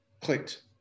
clicked